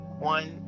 one